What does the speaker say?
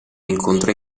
incontro